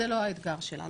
זה לא האתגר שלנו.